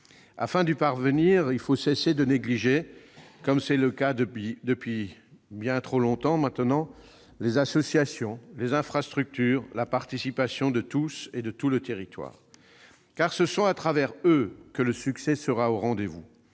Afin d'y parvenir, il faut cesser de négliger- c'est le cas depuis bien trop longtemps maintenant - les associations, les infrastructures, la participation de tous et de tout le territoire. En effet, c'est grâce à eux que le succès sera au rendez-vous.